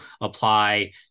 apply